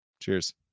Cheers